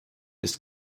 ist